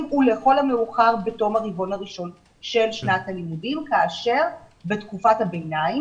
ולכל המאוחר בתום הרבעון הראשון של שנת הלימודים כאשר בתקופת הביניים,